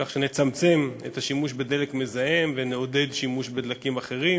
כך שנצמצם את השימוש בדלק מזהם ונעודד שימוש בדלקים אחרים.